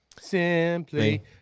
Simply